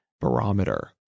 barometer